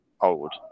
old